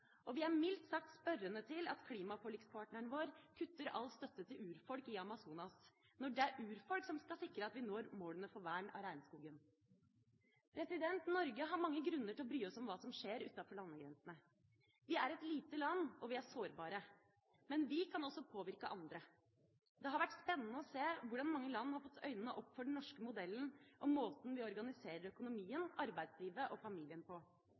og vi er mildt sagt spørrende til at klimaforlikspartneren vår kutter all støtte til urfolk i Amazonas, når det er urfolk som skal sikre at vi når målene for vern av regnskogen. Norge har mange grunner til å bry seg om hva som skjer utenfor landegrensene. Vi er et lite land, og vi er sårbare, men vi kan også påvirke andre. Det har vært spennende å se hvordan mange land har fått øynene opp for den norske modellen og måten vi organiserer økonomien, arbeidslivet og familien på.